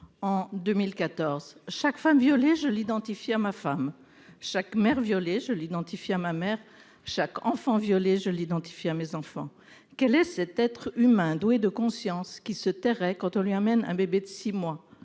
en 2014, chaque femme violée je l'identifie à ma femme : chaque mère violée je l'identifie à ma mère, chaque enfant violée je l'identifie à mes enfants, quel est cet être humain doué de conscience qui se terraient quand on lui amène un bébé de 6 mois